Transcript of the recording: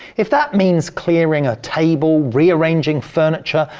if that means clearing a table, rearranging furniture,